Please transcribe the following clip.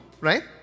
right